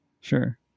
Sure